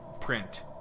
print